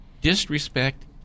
disrespect